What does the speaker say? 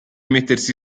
mettersi